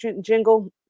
jingle